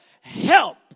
help